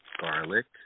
garlic